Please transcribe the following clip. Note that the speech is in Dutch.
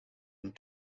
hun